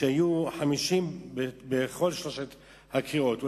שיהיו 50 בכל שלוש הקריאות.